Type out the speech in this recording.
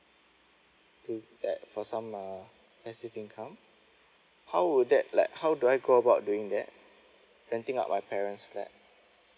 to get for some uh passive income how would that like how do I go about doing that renting out my parents' flat